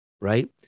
right